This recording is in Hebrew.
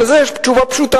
אבל על זה יש תשובה פשוטה: